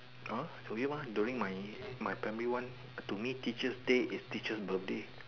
orh do you want during my my primary one to me teachers' day is teacher's birthday